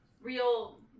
real